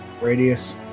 radius